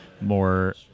more